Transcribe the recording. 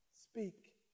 Speak